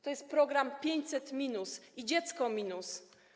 To jest program 500 minus i dziecko minus.